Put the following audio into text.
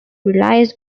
relies